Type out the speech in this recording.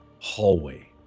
hallway